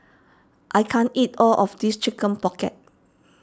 I can't eat all of this Chicken Pocket